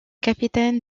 capitaine